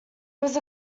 was